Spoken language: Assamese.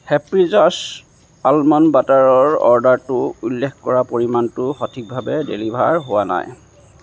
হেপী জাৰ্ছ আলমণ্ড বাটাৰৰ অৰ্ডাৰটোত উল্লেখ কৰা পৰিমাণটো সঠিকভাৱে ডেলিভাৰ হোৱা নাই